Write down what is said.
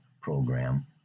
program